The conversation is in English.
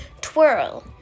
twirl